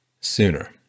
sooner